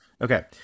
Okay